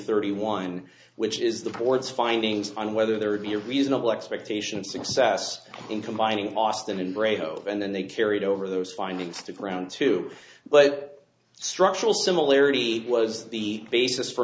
thirty one which is the board's findings on whether there would be a reasonable expectation of success in combining austin and radio and then they carried over those findings to ground two but structural similarity was the basis for